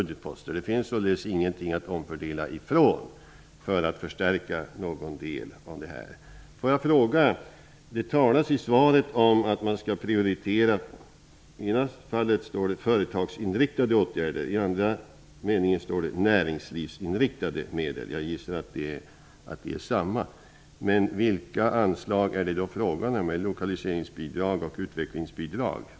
Det finns således ingenting att omfördela för att förstärka någon del. Det talas i svaret om att man skall prioritera i det ena fallet ''företagsinriktade åtgärder'' och i det andra fallet ''näringslivsinriktade åtgärder''. Jag gissar att man menar samma sak. Men vilka anslag är det fråga om? Är det lokaliseringsbidrag och utvecklingsbidrag?